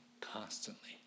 constantly